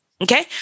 okay